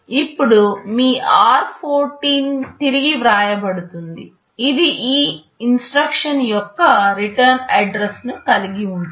ఇప్పుడు మీ r14 తిరిగి వ్రాయబడుతుంది ఇది ఈ ఇన్స్ట్రక్షన్యొక్క రిటర్న్ అడ్రస్ను కలిగి ఉంటుంది